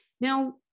Now